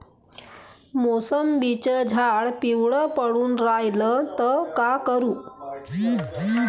मोसंबीचं झाड पिवळं पडून रायलं त का करू?